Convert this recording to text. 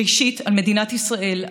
ראשית על מדינת ישראל,